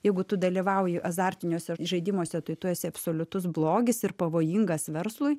jeigu tu dalyvauji azartiniuose žaidimuose tai tu esi absoliutus blogis ir pavojingas verslui